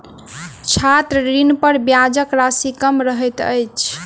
छात्र ऋणपर ब्याजक राशि कम रहैत अछि